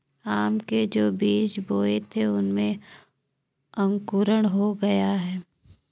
आम के जो बीज बोए थे उनमें अंकुरण हो गया है